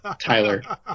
Tyler